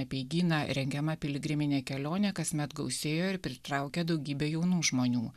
apeigyną rengiama piligriminė kelionė kasmet gausėja ir pritraukia daugybę jaunų žmonių